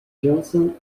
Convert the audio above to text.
johnson